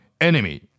enemy